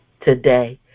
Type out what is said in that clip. Today